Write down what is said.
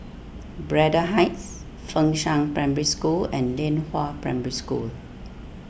Braddell Heights Fengshan Primary School and Lianhua Primary School